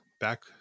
back